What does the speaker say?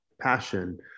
passion